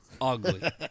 ugly